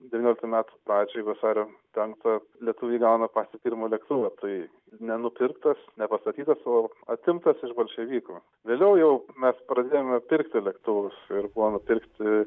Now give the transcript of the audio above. devynioliktų metų pradžioj vasario penktą lietuviai gauna patį pirmą lėktuvą tai nenupirktas nepastatytas o atimtas iš bolševikų vėliau jau mes pradėjome pirkti lėktuvus ir buvo nupirkti